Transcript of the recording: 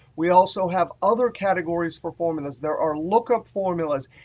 we also have other categories for formulas. there are lookup formulas,